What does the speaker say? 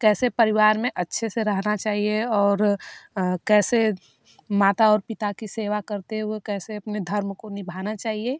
कैसे परिवार में अच्छे से रहना चाहिए और कैसे माता और पिता की सेवा करते हुए कैसे अपने धर्म को निभाना चाहिए